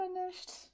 finished